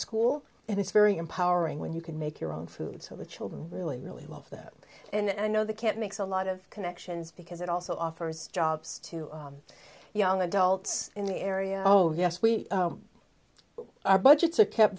school and it's very empowering when you can make your own food so the children really really love them and i know they can't makes a lot of connections because it also offers jobs to young adults in the area oh yes we our budgets are kept